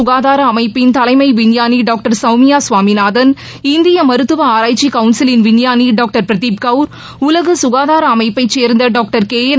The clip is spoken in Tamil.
சுகாதார அமைப்பின் தலைமை விஞ்ஞானி டாக்டர் சௌமியா சுவாமிநாதன் இந்திய மருத்துவ உலக ஆராய்ச்சி கவுன்சிலின் விஞ்ஞானி டாக்டர் பிரதீப் கவுர் உலக ககாதார அமைப்பை சேர்ந்த டாக்டர் கேஎன்